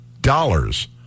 dollars